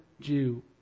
Jew